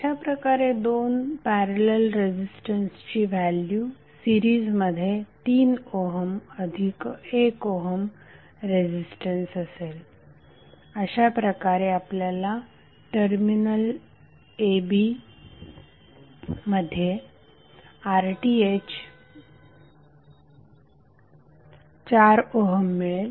अशाप्रकारे दोन parallel resistance ची व्हॅल्यू सिरीजमध्ये 3 ओहम अधिक 1 ओहम रेझिस्टन्स असेल अशा प्रकारे आपल्याला a b टर्मिनलमध्ये RTh 4 ओहम मिळेल